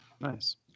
Nice